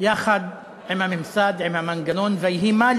יחד עם הממסד ועם המנגנון ויהי מה,